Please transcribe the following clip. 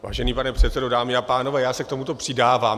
Vážený pane předsedo, dámy a pánové, já se k tomuto přidávám.